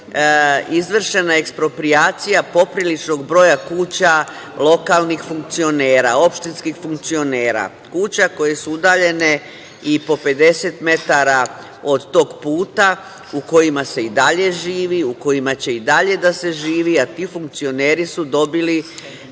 izvršena eksproprijacija popriličnog broja kuća lokalnih funkcionera, opštinskih funkcionera. Kuće koje su udaljene i po 50 metara od tog puta u kojima se i dalje živi, u kojima će i dalje da se živi, a ti funkcioneri su dobili,